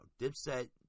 Dipset